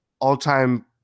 all-time